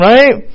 Right